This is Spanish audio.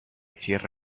cierre